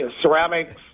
ceramics